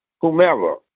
whomever